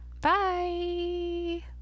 Bye